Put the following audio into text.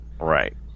Right